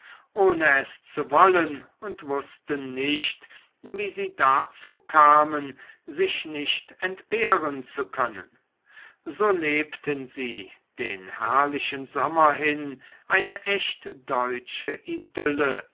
ohne es zu wollen und wußten nicht wie sie dazu kamen sich nicht entbehren zu können so lebten sie den herrlichen sommer hin eine echt deutsche idylle